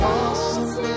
awesome